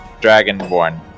Dragonborn